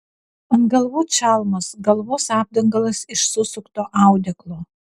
ant galvų čalmos galvos apdangalas iš susukto audeklo